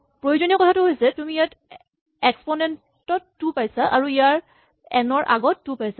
প্ৰয়োজনীয় কথাটো হৈছে তুমি ইয়াত এক্সপনেন্ট ত টু পাইছা আৰু ইয়াত এন ৰ আগত টু পাইছা